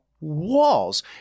walls